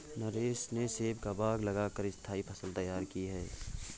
नरेश ने सेब का बाग लगा कर स्थाई फसल तैयार की है